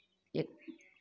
एक